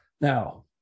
Now